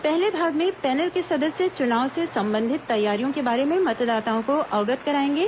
पहले भाग में पैनल के सदस्य चुनाव से संबंधित तैयारियों के बारे में मतदाताओं को अवगत कराएंगे